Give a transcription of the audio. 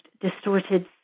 distorted